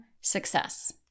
success